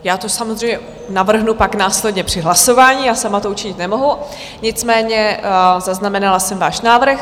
Já to samozřejmě navrhnu pak následně při hlasování, sama to učinit nemohu, nicméně zaznamenala jsem váš návrh.